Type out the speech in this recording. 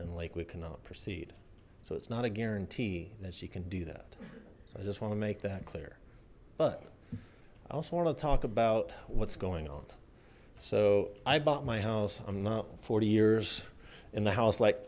and like we cannot proceed so it's not a guarantee that she can do that so i just want to make that clear but i also want to talk about what's going on so i bought my house i'm not forty years in the house like